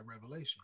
revelation